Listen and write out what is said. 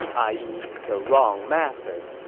i e, the wrong master.